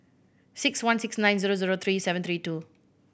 six one six nine zero zero three seven three two